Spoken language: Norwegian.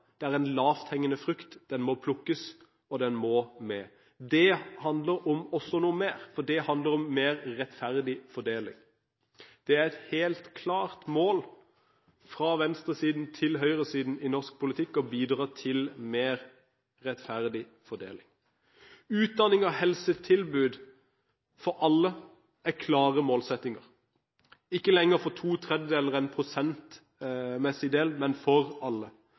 det er en lavthengende frukt – den må plukkes, og den må med. Det handler også om noe mer – det handler om mer rettferdig fordeling. Det er et helt klart mål, fra venstresiden til høyresiden i norsk politikk, å bidra til mer rettferdig fordeling. Utdanning og helsetilbud for alle er klare målsettinger – ikke lenger for to tredjedeler, en prosentmessig del, men for alle.